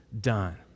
done